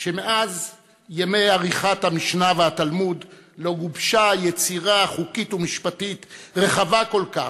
שמאז ימי עריכת המשנה והתלמוד לא גובשה יצירה חוקית ומשפטית רחבה כל כך,